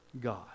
God